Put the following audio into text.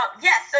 Yes